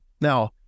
Now